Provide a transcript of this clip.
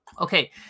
Okay